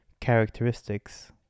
characteristics